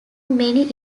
many